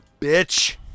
bitch